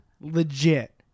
legit